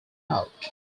out